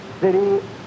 city